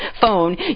phone